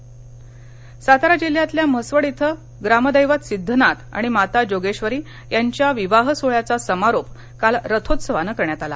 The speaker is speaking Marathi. रथोत्सवः सातारा जिल्ह्यातल्या म्हसवड इथं ग्रामदैवत सिध्दनाथ आणि माता जोगेश्वरी यांच्या विवाह सोहळ्याचा समारोप काल रथोत्सवानं करण्यात आला